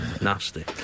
Nasty